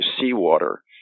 seawater